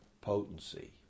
potency